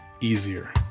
easier